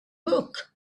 book